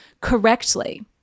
correctly